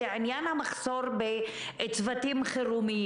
זה עניין המחסור בצוותי חירום,